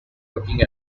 looking